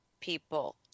people